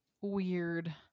weird